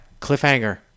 Cliffhanger